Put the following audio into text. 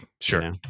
sure